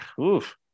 oof